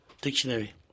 Dictionary